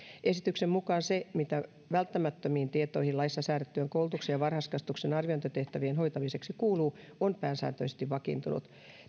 esityksen mukaan se mitä välttämättömiin tietoihin laissa säädettyjen koulutuksen ja varhaiskasvatuksen arviointitehtävien hoitamiseksi kuuluu on pääsääntöisesti vakiintunut